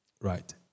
Right